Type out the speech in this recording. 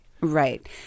Right